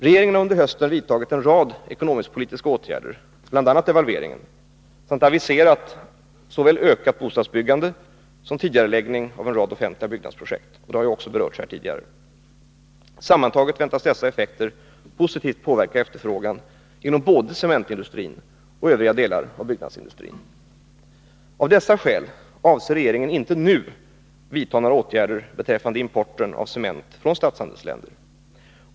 Regeringen har under hösten vidtagit en rad ekonomisk-politiska åtgärder, bl.a. devalveringen, samt aviserat såväl ökat bostadsbyggande som tidigareläggning av en rad offentliga byggnadsprojekt. Det har ju också berörts här tidigare. Sammantaget väntas dessa åtgärder positivt påverka efterfrågan inom både cementindustrin och övriga delar av byggnadsindustrin. Av dessa skäl avser regeringen inte nu vidta några åtgärder beträffande importen av cement från statshandelsländer.